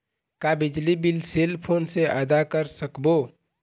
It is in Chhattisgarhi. का बिजली बिल सेल फोन से आदा कर सकबो?